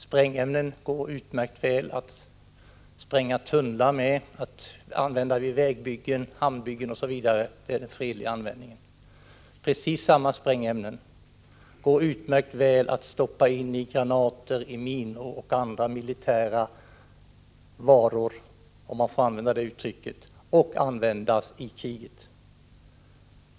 Sprängämnen kan man utmärkt väl spränga tunnlar med, använda vid vägbyggen, hamnbyggen osv. — det är en fredlig användning. Precis samma sprängämnen går utmärkt väl att stoppa in i granater, minor och andra militära varor — om man får begagna det uttrycket — för att användas i kriget.